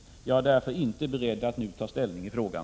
Jag är därför inte beredd att nu ta ställning i frågan.